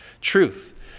Truth